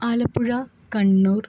Alappuzha Kannur